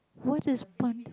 what is pun